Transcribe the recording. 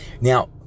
Now